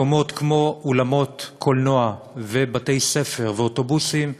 מקומות כמו אולמות קולנוע, בתי-ספר ואוטובוסים,